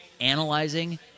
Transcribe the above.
analyzing